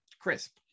CRISP